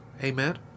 Amen